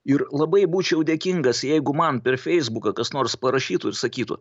ir labai būčiau dėkingas jeigu man per feisbuką kas nors parašytų ir sakytų